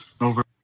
Over